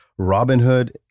Robinhood